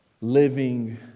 living